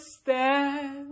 stand